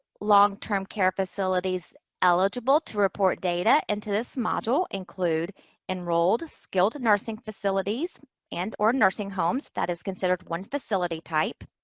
long-term care facilities eligible to report data into this module include enrolled skilled nursing facilities and or nursing homes. that is considered one facility type.